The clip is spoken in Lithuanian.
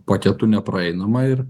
paketu nepraeinama ir